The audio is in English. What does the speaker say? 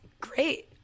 great